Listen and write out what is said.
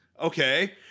Okay